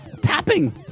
Tapping